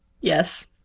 Yes